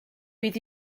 fydd